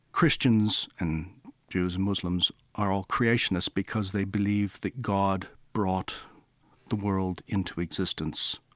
christians and jews and muslims are all creationists, because they believe that god brought the world into existence.